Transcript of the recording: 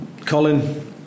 Colin